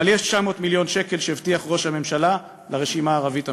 אבל יש 900 מיליון שקל שראש הממשלה הבטיח לרשימה הערבית המשותפת.